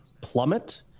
plummet